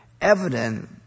evident